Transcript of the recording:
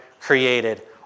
created